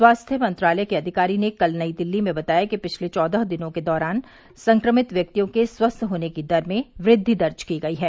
स्वास्थ्य मंत्रालय के अधिकारी ने कल नई दिल्ली में बताया कि पिछले चौदह दिनों के दौरान संक्रमित व्यक्तियों के स्वस्थ होने की दर में वृद्वि दर्ज की गई है